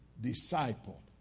disciple